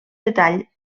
detall